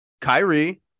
Kyrie